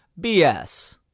BS